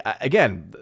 again